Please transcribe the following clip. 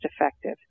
effective